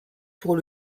pour